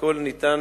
הכול ניתן